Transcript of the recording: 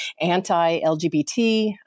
anti-LGBT